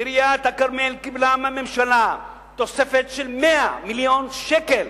עיריית הכרמל קיבלה מהממשלה תוספת של 100 מיליון שקל